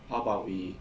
how about we